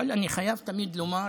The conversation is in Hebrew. אבל אני חייב תמיד לומר